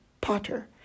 potter